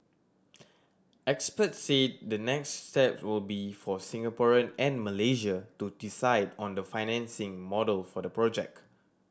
experts said the next step will be for Singaporean and Malaysia to decide on the financing model for the project